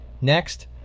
Next